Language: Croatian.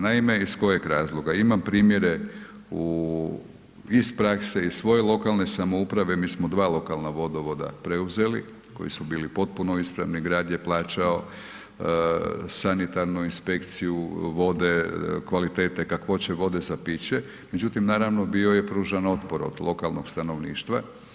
Naime, iz kojeg razloga, imam primjere u, iz prakse iz svoje lokalne samouprave, mi smo dva lokalna vodovoda preuzeli koji su bili potpuno ispravni, grad je plaćao sanitarnu inspekciju vode kvalitete, kakvoće vode za piće, međutim naravno bio je pružan otpor od lokalnog stanovništva.